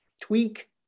tweak